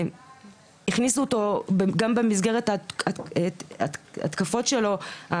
הכניסו אותו גם במסגרת ההתקפות שלו,